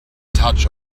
touch